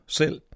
selv